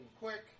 quick